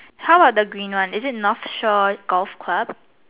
how are the green one is it North sure golf club